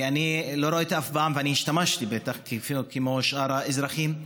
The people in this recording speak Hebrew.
ואני השתמשתי, כמו שאר האזרחים.